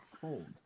cold